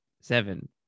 Seven